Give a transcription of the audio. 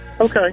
Okay